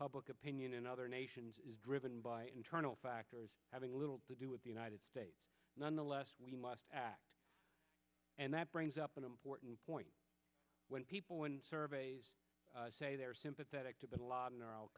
public opinion in other nations is driven by internal factors having little to do with the united states nonetheless we must act and that brings up an important point when people in survey say they're sympathetic to bin ladin are al